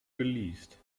geleast